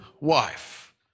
wife